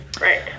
right